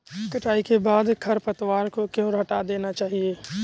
कटाई के बाद खरपतवार को क्यो हटा देना चाहिए?